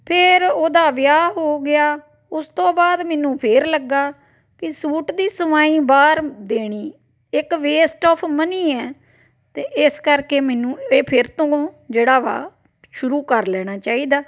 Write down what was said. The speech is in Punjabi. ਫਿਰ ਉਹਦਾ ਵਿਆਹ ਹੋ ਗਿਆ ਉਸ ਤੋਂ ਬਾਅਦ ਮੈਨੂੰ ਫਿਰ ਲੱਗਾ ਵੀ ਸੂਟ ਦੀ ਸਵਾਈ ਬਾਹਰ ਦੇਣੀ ਇੱਕ ਵੇਸਟ ਓਫ ਮਨੀ ਹੈ ਅਤੇ ਇਸ ਕਰਕੇ ਮੈਨੂੰ ਇਹ ਫਿਰ ਤੋਂ ਜਿਹੜਾ ਵਾ ਸ਼ੁਰੂ ਕਰ ਲੈਣਾ ਚਾਹੀਦਾ